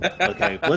okay